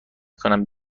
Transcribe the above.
کنم